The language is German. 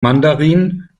mandarin